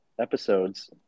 episodes